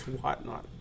Whatnot